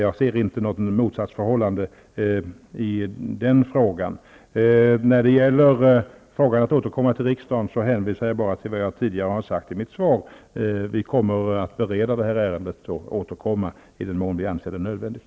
Jag ser inget motsatsförhållande där. Jag hänvisar till vad jag sagt tidigare i mitt svar om att återkomma till riksdagen. Vi kommer att bereda ärendet och återkomma i den mån vi anser det nödvändigt.